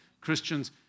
Christians